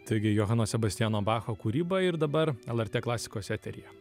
taigi johano sebastiano bacho kūryba ir dabar lrt klasikos eteryje